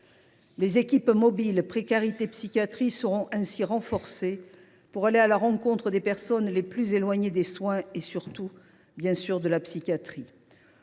Les équipes mobiles psychiatrie précarité (EMPP) seront ainsi renforcées, pour aller à la rencontre des personnes les plus éloignées des soins et, surtout, de la psychiatrie.